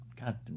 God